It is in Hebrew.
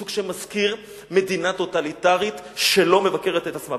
סוג שמזכיר מדינה טוטליטרית, שלא מבקרת את עצמה.